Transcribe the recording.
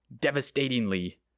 devastatingly